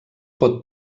pot